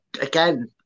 again